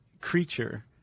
creature